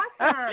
awesome